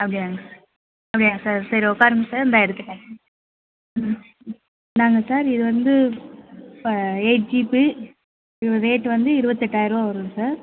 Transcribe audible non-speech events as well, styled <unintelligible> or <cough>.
அப்டியா அப்படியா சார் சரி உட்காருங்க சார் இந்தா எடுத்துட்டு <unintelligible> இந்தாங்க சார் இது வந்து எயிட் ஜிபி இதோட ரேட்டு வந்து இருபத்தெட்டாயரூவா வரும் சார்